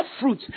fruit